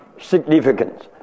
significance